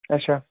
اَچھا